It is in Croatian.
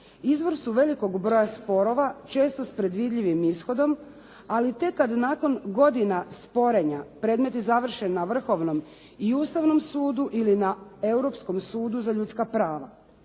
izvor su velikog broja sporova često s predvidljivim ishodom, ali tek kad nakon godina sporenja predmeti završe na Vrhovnom i Ustavnom sudu ili na Europskom sudu za ljudska prava.